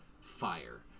fire